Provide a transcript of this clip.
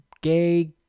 gay